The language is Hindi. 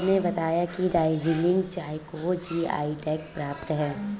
सर ने बताया कि दार्जिलिंग चाय को जी.आई टैग प्राप्त है